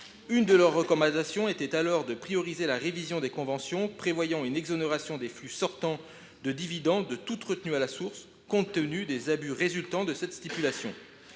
Ils recommandaient alors de « prioriser la révision des conventions prévoyant une exonération des flux sortants de dividendes de toute retenue à la source […], compte tenu des abus résultant de cette stipulation